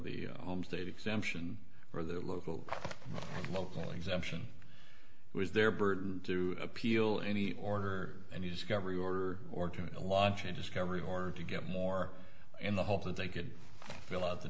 the home state exemption for their local and local exemption was their burden to appeal any order and you discovery order or to a lodge in discovery or to get more in the hope that they could fill out the